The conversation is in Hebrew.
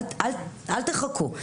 אל תחכו.